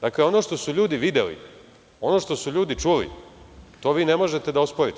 Dakle, ono što su ljudi videli, ono što su ljudi čuli, to vi ne možete da osporite.